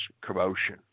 commotion